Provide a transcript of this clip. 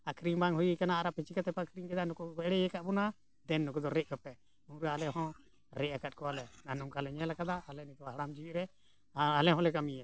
ᱟᱹᱠᱷᱨᱤᱧ ᱵᱟᱝ ᱦᱩᱭ ᱟᱠᱟᱱᱟ ᱟᱨ ᱪᱤᱠᱟᱹ ᱛᱮᱯᱮ ᱟᱹᱠᱷᱨᱤᱧ ᱠᱮᱫᱟ ᱱᱩᱠᱩ ᱫᱚᱠᱚ ᱮᱲᱮᱭ ᱟᱠᱟᱫ ᱵᱚᱱᱟ ᱫᱮᱱ ᱱᱩᱠᱩ ᱫᱚ ᱨᱮᱡ ᱠᱚᱯᱮ ᱩᱱᱨᱮ ᱟᱞᱮᱦᱚᱸ ᱨᱮᱡ ᱟᱠᱟᱫ ᱠᱚᱣᱟᱞᱮ ᱟᱨ ᱱᱚᱝᱠᱟᱞᱮ ᱧᱮᱞ ᱟᱠᱟᱫᱟ ᱟᱞᱮ ᱱᱩᱠᱩ ᱦᱟᱲᱟᱢ ᱡᱤᱣᱤ ᱨᱮ ᱟᱨ ᱟᱞᱮ ᱦᱚᱸᱞᱮ ᱠᱟᱹᱢᱤᱭ ᱠᱟᱫᱟ